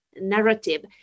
narrative